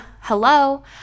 hello